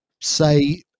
say